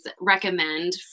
recommend